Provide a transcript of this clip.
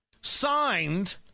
signed